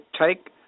take